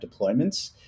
deployments